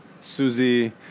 Susie